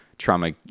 trauma